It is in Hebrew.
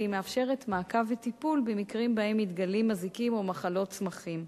והיא מאפשרת מעקב וטיפול במקרים שבהם מתגלים מזיקים או מחלות צמחים.